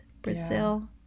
Brazil